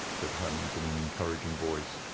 said holmes in an encouraging voice.